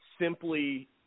simply